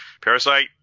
Parasite